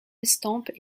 estampes